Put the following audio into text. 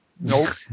Nope